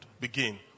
begin